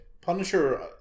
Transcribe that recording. Punisher